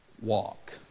walk